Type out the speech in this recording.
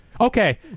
okay